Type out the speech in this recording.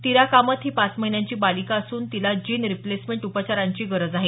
तिरा कामत ही पाच महिन्यांची बालिका असून तिला जीन रिप्लेसमेंट उपचारांची नितांत गरज आहे